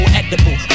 edible